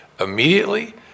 immediately